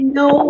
no